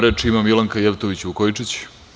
Reč ima Milanka Jevtović Vukojičić.